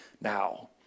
now